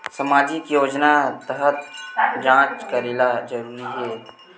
सामजिक योजना तहत जांच करेला जरूरी हे